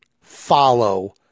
Follow